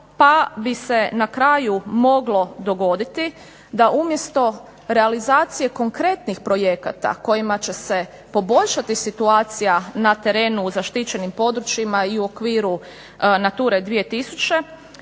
pa bi se na kraju moglo dogoditi da umjesto realizacije konkretnih projekata kojima će se poboljšati situacija na terenu u zaštićenim područjima i u okviru Nature 2000